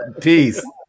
Peace